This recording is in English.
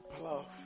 love